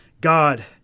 God